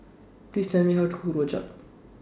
Please Tell Me How to Cook Rojak